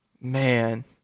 man